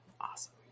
awesome